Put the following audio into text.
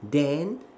then